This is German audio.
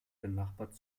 benachbart